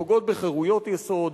פוגעות בחירויות יסוד,